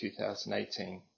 2018